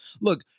Look